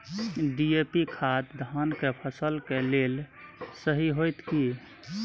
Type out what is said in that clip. DAP खाद धान के फसल के लेल सही होतय की?